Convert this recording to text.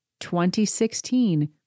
2016